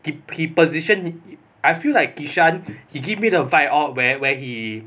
he he position he I feel like kishan he give me the vibe out where where he